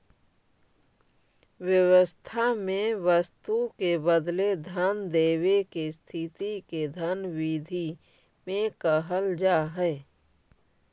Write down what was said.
व्यवस्था में वस्तु के बदले धन देवे के स्थिति के धन विधि में कहल जा हई